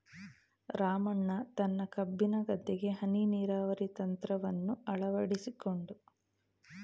ರಾಮಣ್ಣ ತನ್ನ ಕಬ್ಬಿನ ಗದ್ದೆಗೆ ಹನಿ ನೀರಾವರಿ ತಂತ್ರವನ್ನು ಅಳವಡಿಸಿಕೊಂಡು